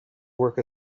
work